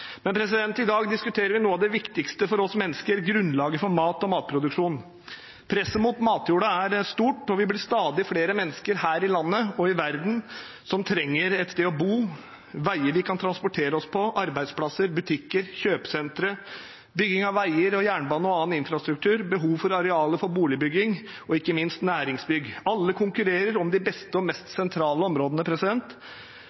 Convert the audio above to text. I dag diskuterer vi noe av det viktigste for oss mennesker: grunnlaget for mat og matproduksjon. Presset mot matjorda er stort. Vi blir stadig flere mennesker her i landet og i verden som trenger et sted å bo, veier man kan transportere seg på, arbeidsplasser, butikker, kjøpesentre – og å bygge vei, jernbane og annen infrastruktur, areal til boligbygging og ikke minst næringsbygg. Alle konkurrerer om de beste og mest